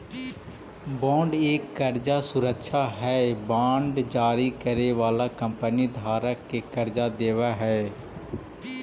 bond एक कर्जा सुरक्षा हई बांड जारी करे वाला कंपनी धारक के कर्जा देवऽ हई